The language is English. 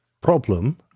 problem